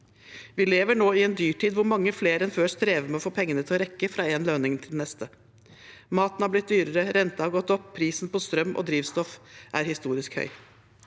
Vi lever nå i en dyrtid, hvor mange flere enn før strever med å få pengene til å strekke til fra én lønning til den neste. Maten har blitt dyrere, renten har gått opp, og prisen på strøm og drivstoff er historisk høy.